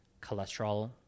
cholesterol